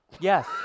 Yes